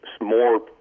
more